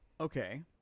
Okay